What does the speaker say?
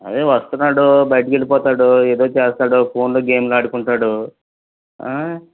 అదే వస్తున్నాడు బయటకి వెళ్ళి పోతాడు ఏదో చేస్తాడు ఫోన్లో గేమ్లు ఆడుకుంటాడు